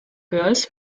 girls